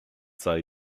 sei